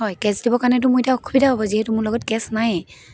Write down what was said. হয় কেছ দিবৰ কাৰণেতো মোৰ এতিয়া অসুবিধা হ'ব যিহেতু মোৰ লগত কেছ নাই